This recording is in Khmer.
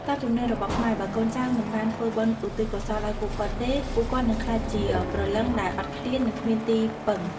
តាមជំនឿរបស់ខ្មែរ បើកូនចៅមិនបានធ្វើបុណ្យឧទ្ទិសកុសលឱ្យពួកគាត់ទេ ពួកគាត់នឹងក្លាយជាព្រលឹងដែលអត់ឃ្លាន និងគ្មានទីពឹង។